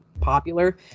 popular